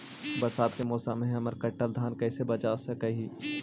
बरसात के मौसम में हम कटल धान कैसे बचा सक हिय?